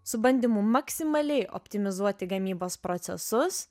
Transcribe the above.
su bandymu maksimaliai optimizuoti gamybos procesus